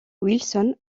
wilson